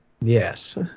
Yes